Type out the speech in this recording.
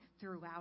throughout